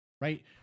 right